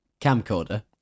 camcorder